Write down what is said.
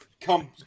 come